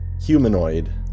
humanoid